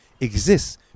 exists